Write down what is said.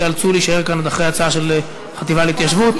תיאלצו להישאר כאן עד אחרי ההצעה של החטיבה להתיישבות.